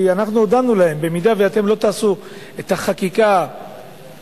כי אנחנו הודענו להם: במידה שאתם לא תעשו את החקיקה המקובלת